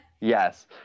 yes